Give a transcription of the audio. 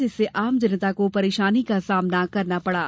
जिससे आम जनता को परेशानी का सामना करना पड़ा